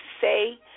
say